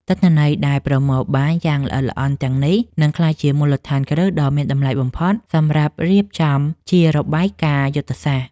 ទិន្នន័យដែលប្រមូលបានយ៉ាងល្អិតល្អន់ទាំងនេះ នឹងក្លាយជាមូលដ្ឋានគ្រឹះដ៏មានតម្លៃបំផុតសម្រាប់រៀបចំជារបាយការណ៍យុទ្ធសាស្ត្រ។